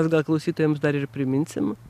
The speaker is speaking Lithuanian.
gal klausytojams dar ir priminsim